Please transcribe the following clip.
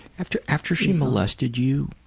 after after she molested you,